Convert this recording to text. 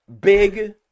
Big